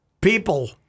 people